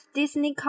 Disney